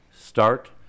start